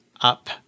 up